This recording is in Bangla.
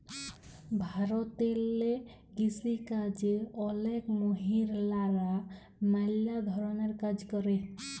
ভারতেল্লে কিসিকাজে অলেক মহিলারা ম্যালা ধরলের কাজ ক্যরে